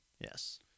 Yes